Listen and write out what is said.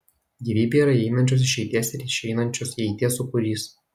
gyvybė yra įeinančios išeities ir išeinančios įeities sūkurys